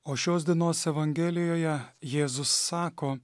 o šios dienos evangelijoje jėzus sako